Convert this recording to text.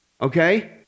okay